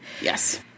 yes